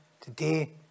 today